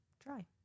try